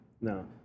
No